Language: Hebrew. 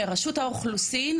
מרשות האוכלוסין.